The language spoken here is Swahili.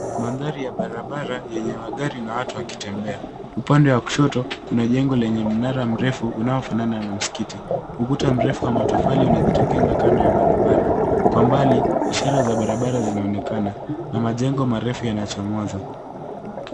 Mandhari ya barabara yenye magari na watu wakitembea. Upande wa kushoto kuna jengo lenye mnara mrefu unaofanana na msikiti. Ukuta mrefu wa matofali unajitokeza kando ya barabara. Kwa mbali ishara za barabara zinaonekana na majengo marefu yanachomoza.